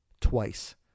Twice